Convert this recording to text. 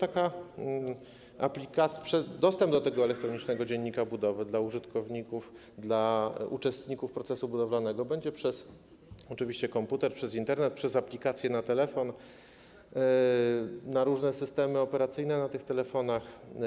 A więc zasadniczo dostęp do tego elektronicznego dziennika budowy dla użytkowników, dla uczestników procesu budowlanego będzie oczywiście przez komputer, przez Internet, przez aplikację na telefon, na różne systemy operacyjne na tych telefonach.